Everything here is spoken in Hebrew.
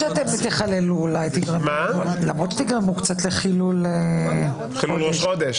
למרות שתגרמו קצת לחילול חג.